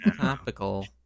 Topical